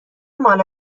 ماله